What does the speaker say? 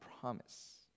promise